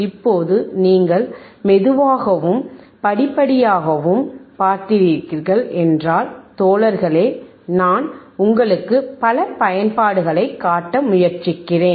இப்போது நீங்கள் மெதுவாகவும் படிப்படியாகவும் பார்த்தீர்கள் என்றால் தோழர்களே நான் உங்களுக்கு பல பயன்பாடுகளைக் காட்ட முயற்சிக்கிறேன்